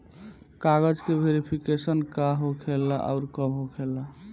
कागज के वेरिफिकेशन का हो खेला आउर कब होखेला?